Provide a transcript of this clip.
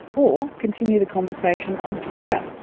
or, continue the conversation on twitter,